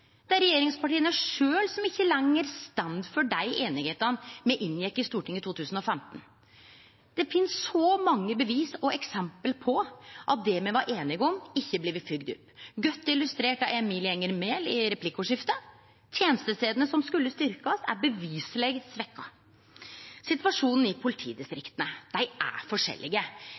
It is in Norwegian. dei einigheitene me inngjekk i Stortinget i 2015. Det finst så mange bevis og eksempel på at det me var einige om, ikkje blir følgt opp – godt illustrert av Emilie Enger Mehl i replikkordskiftet. Tenestestadene som skulle styrkjast, er beviseleg svekte. Situasjonen i politidistrikta er